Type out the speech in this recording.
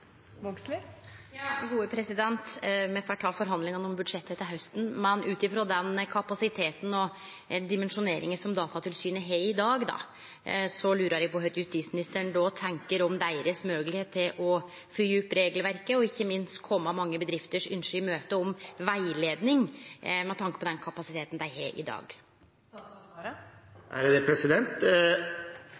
me får ta forhandlingane om budsjettet til hausten, men ut frå den kapasiteten og dimensjoneringa Datatilsynet har i dag, lurer eg på kva justisministeren tenkjer om deira moglegheit til å følgje opp regelverket og ikkje minst til å kome i møte ynsket til mange bedrifter om rettleiing, med tanke på den kapasiteten dei har i dag.